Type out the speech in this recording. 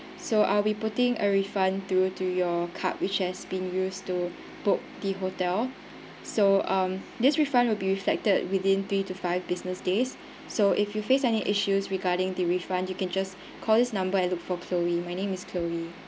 so I'll be putting a refund through to your card which has been used to book the hotel so um this refund will be reflected within three to five business days so if you face any issues regarding the refund you can just call this number and look for chloe my name is chloe